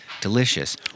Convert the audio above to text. delicious